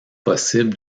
possible